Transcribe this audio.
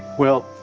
well,